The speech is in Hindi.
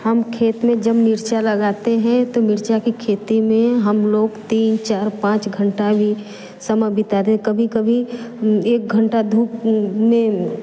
हम खेत में जब मिर्चा लगाते हैं तो मिर्चा की खेती में हम लोग तीन चार पाँच घंटा भी समय बिता दे कभी कभी एक घंटा धूप में